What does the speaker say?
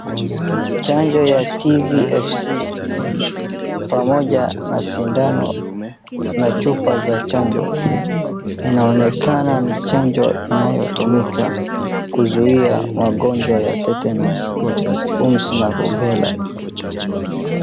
Chanjo ya TVFC pamoja na sindano na chupa za chanjo. Inaonekana ni chanjo inayotumika kuzuia magonjwa ya tetenus , umzi na rubela.